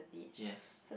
yes